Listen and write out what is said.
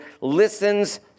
listens